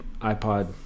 iPod